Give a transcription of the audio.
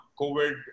COVID